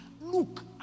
Look